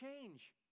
change